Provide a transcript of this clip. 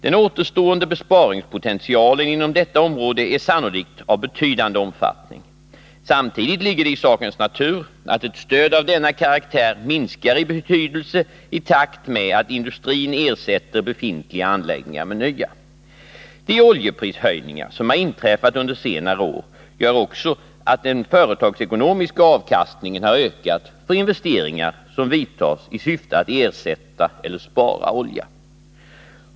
Den återstående besparingspotentialen inom detta område är sannolikt av betydande omfattning. Samtidigt ligger det i sakens natur att ett stöd av denna karaktär minskar i betydelse i takt med att industrin ersätter befintliga anläggningar med nya. De oljeprishöjningar som har inträffat under senare år gör också att den företagsekonomiska avkastningen har ökat för investeringar som vidtas i syfte att ersätta eller spara olja.